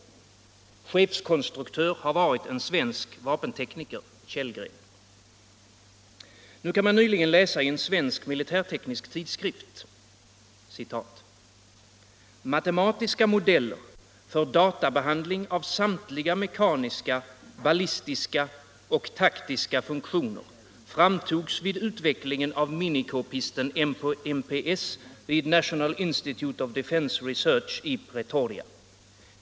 Chefskonstruktör har varit en svenska vapentekniker, Kjellgren. Man kunde nyligen läsa i en svensk militärteknisk tidskrift: ”Matematiska modeller för databehandling av samtliga mekaniska, ballistiska och taktiska funktioner framtogs vid utvecklingen av mini-kpisten MPS vid Nat. Institute of Def. Research i Pretoria.